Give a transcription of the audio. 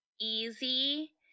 easy